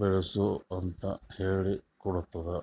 ಬೆಳಸುಕ್ ಅಂತ್ ಹೇಳ್ಕೊಡತ್ತುದ್